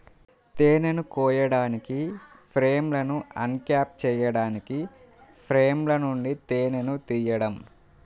తేనెను కోయడానికి, ఫ్రేమ్లను అన్క్యాప్ చేయడానికి ఫ్రేమ్ల నుండి తేనెను తీయడం